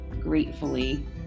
gratefully